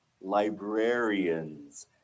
librarians